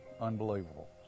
unbelievable